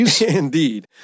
Indeed